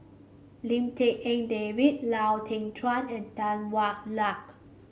Lim Tik En David Lau Teng Chuan and Tan Hwa Luck